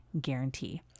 guarantee